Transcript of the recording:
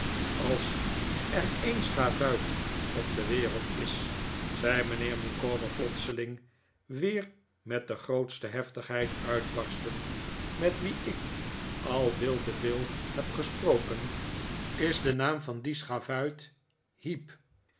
als er een schavuit op de wereld is zei mijnheer micawber plotseling weer met de grootste heftigheid uitbarstend met wien ik al veel te veel heb gesproken is de naam van dien schavuit heep